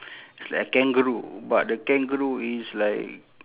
it's like a kangaroo but the kangaroo is like